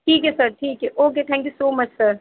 ٹھیک ہے سر ٹھیک ہے okay thank you so much sir